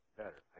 better